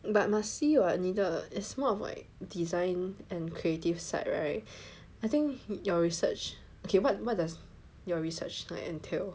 but must see [what] 你的 is more of like design and creative side right I think your research ok what what does your research like entail